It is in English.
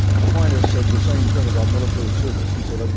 aquinas said the same thing about military service. he said, ah